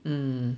um